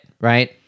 right